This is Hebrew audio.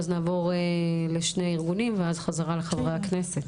ואז נעבור לשני ארגונים ואז נחזור לחברי הכנסת.